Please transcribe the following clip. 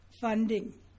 funding